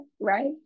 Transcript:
right